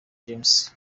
james